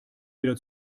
wieder